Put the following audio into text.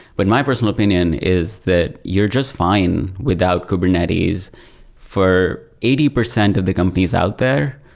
but my personal opinion is that you're just fine without kubernetes for eighty percent of the companies out there.